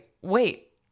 wait